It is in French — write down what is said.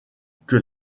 que